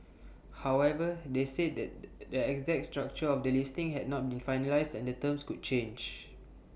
however they said the the exact structure of the listing had not been finalised and the terms could change